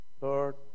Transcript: Lord